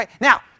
Now